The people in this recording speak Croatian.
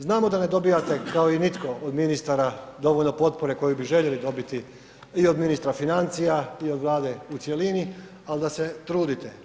Znamo da ne dobijate kao i nitko od ministara dovoljno potpore koju bi željeli dobiti i od ministra financija i od Vlade u cjelini, al da se trudite.